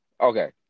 Okay